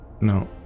no